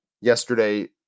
yesterday